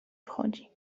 wchodzi